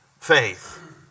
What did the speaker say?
faith